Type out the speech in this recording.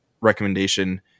recommendation